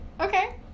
Okay